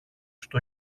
στο